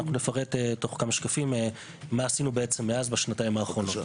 נפרט תוך כמה שקפים מה עשינו מאז בשנתיים האחרונות.